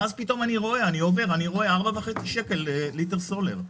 ואז פתאום אני רואה 4.5 שקל לליטר סולר.